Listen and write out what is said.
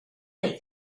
they